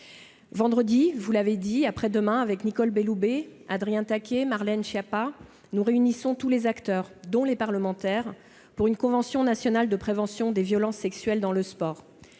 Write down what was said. Après-demain, vous l'avez dit, Nicole Belloubet, Adrien Taquet, Marlène Schiappa et moi-même réunissons tous les acteurs, dont les parlementaires, pour une convention nationale sur la prévention des violences sexuelles dans le sport.